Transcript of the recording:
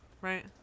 right